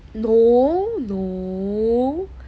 no no